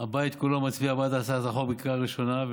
שהבית כולו מצביע בעד הצעת החוק בקריאה ראשונה,